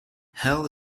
hell